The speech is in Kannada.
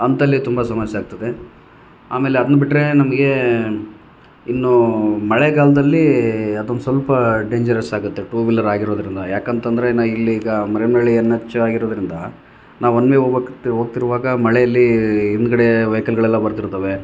ಅಂಥಲ್ಲಿ ತುಂಬ ಸಮಸ್ಯೆ ಆಗ್ತದೆ ಆಮೇಲೆ ಅದನ್ನ ಬಿಟ್ಟರೆ ನಮಗೆ ಇನ್ನು ಮಳೆಗಾಲ್ದಲ್ಲಿ ಅದೊಂದು ಸ್ವಲ್ಪ ಡೇಂಜರಸ್ ಆಗುತ್ತೆ ಟೂ ವೀಲರಾಗಿರೋದರಿಂದ ಯಾಕೆಂತಂದ್ರೆ ನಾ ಇಲ್ಲೀಗ ಮರಿಯಮ್ನಳ್ಳಿ ಎನ್ ಎಚ್ ಆಗಿರೋದ್ರಿಂದ ನಾವು ಒನ್ ವೇ ಹೋಬಕ್ಕತ್ತಿ ಹೋಗ್ತಿರ್ವಾಗ ಮಳೇಲಿ ಹಿಂದ್ಗಡೆ ವೆಯ್ಕಲ್ಲುಗಳೆಲ್ಲ ಬರ್ತಿರುತ್ತವೆ